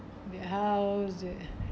that house it